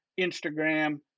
Instagram